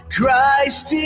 Christ